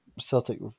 Celtic